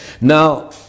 Now